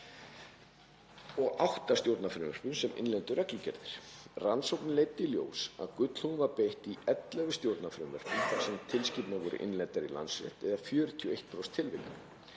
og átta stjórnarfrumvörpum sem innleiddu reglugerðir. Rannsóknin leiddi í ljós að gullhúðun var beitt í 11 stjórnarfrumvörpum þar sem tilskipanir voru innleiddar í landsrétt, eða 41% tilvika.